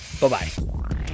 Bye-bye